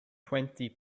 twenty